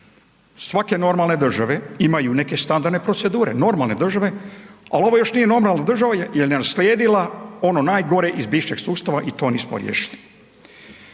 svake normalne države imaju neke standardne procedure. Normalne države, ali ovo još nije normalna država jer je naslijedila ono najgore iz bivšeg sustava i to nismo riješili.